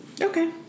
okay